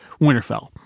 winterfell